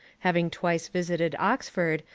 having twice visited oxford,